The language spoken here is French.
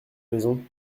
maison